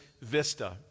vista